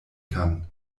kann